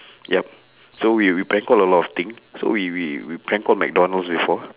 yup so we we prank call a lot of thing so we we we prank call mcdonald's before